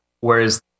whereas